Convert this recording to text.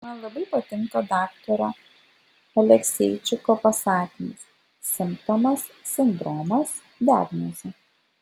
man labai patinka daktaro alekseičiko pasakymas simptomas sindromas diagnozė